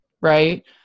right